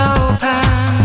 open